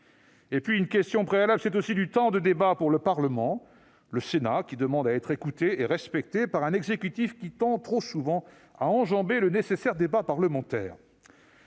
urgence. Une question préalable, c'est aussi du temps de débat pour le Parlement, alors que le Sénat demande à être écouté et respecté par un exécutif qui tend trop souvent à enjamber le nécessaire débat parlementaire.